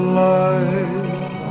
life